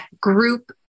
group